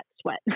sweat